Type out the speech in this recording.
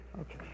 Okay